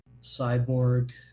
cyborg